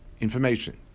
Information